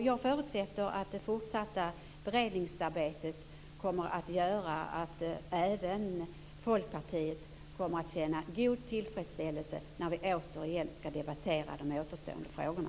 Jag förutsätter att det fortsatta beredningsarbetet kommer att göra att även Folkpartiet kan känna god tillfredsställelse när vi återigen skall debattera de återstående frågorna.